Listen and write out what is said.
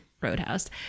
Roadhouse